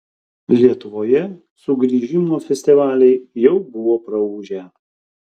lietuvoje sugrįžimo festivaliai jau buvo praūžę